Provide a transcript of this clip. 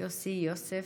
יוסי, יוסף,